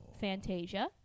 Fantasia